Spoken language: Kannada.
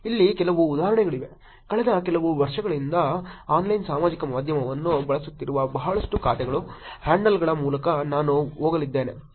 ಇಲ್ಲಿ ಕೆಲವು ಉದಾಹರಣೆಗಳಿವೆ ಕಳೆದ ಕೆಲವು ವರ್ಷಗಳಿಂದ ಆನ್ಲೈನ್ ಸಾಮಾಜಿಕ ಮಾಧ್ಯಮವನ್ನು ಬಳಸುತ್ತಿರುವ ಬಹಳಷ್ಟು ಖಾತೆಗಳು ಹ್ಯಾಂಡಲ್ಗಳ ಮೂಲಕ ನಾನು ಹೋಗಲಿದ್ದೇನೆ